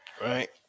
right